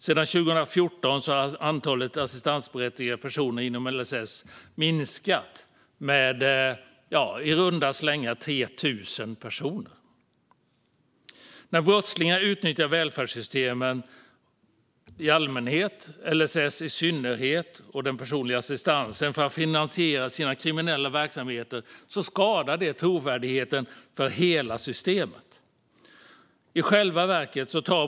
Sedan 2014 har antalet assistansberättigade personer inom LSS minskat med i runda slängar 3 000 personer. När brottslingar utnyttjar välfärdssystemen i allmänhet, och LSS och den personliga assistansen i synnerhet, för att finansiera sina kriminella verksamheter skadar det trovärdigheten i hela systemet.